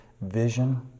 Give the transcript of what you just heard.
vision